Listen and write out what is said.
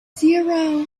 zero